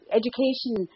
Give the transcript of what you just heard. education